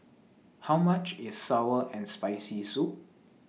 How much IS Sour and Spicy Soup